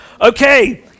okay